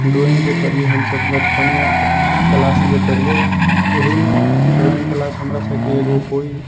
drawing जे करियै हमसब बचपन मे क्लास जे करियै ओहि मे ड्रॉइंग क्लास हमरा सबके एगो कोइ